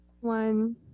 one